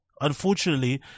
unfortunately